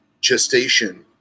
gestation